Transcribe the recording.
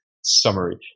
summary